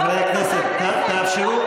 חברי הכנסת, תאפשרו.